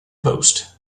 post